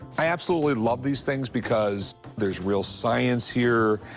i absolutely love these things because there's real science here.